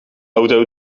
auto